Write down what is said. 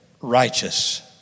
righteous